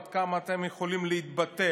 עד כמה אתם יכולים להתבטל.